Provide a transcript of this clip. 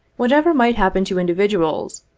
whatever might happen to individuals,